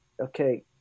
okay